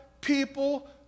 people